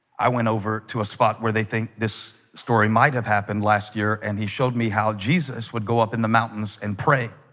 i went over to a spot where they think this story might have happened last year, and he showed me how jesus would go up in the mountains and pray?